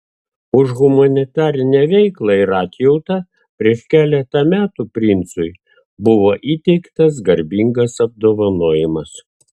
už humanitarinę veiklą ir atjautą prieš keletą metų princui buvo įteiktas garbingas apdovanojimas